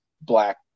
black